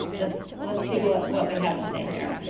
let's let's see what we have to say here.